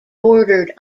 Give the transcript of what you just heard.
bordered